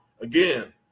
again